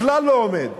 בכלל לא עומד.